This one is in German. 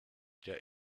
der